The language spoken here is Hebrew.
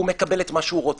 הוא מקבל את מה שהוא רוצה.